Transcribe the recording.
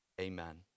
amen